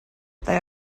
they